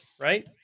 right